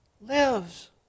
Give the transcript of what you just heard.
lives